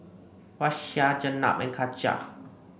Raisya Jenab and Katijah